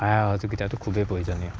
সহায় সহযোগিতো খুবেই প্ৰয়োজনীয়